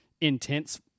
intense